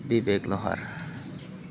बिबेक लहर